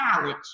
knowledge